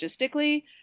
logistically